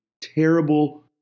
terrible